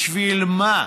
בשביל מה?